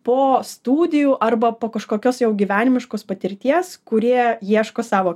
po studijų arba po kažkokios jau gyvenimiškos patirties kurie ieško savo